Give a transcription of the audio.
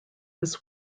was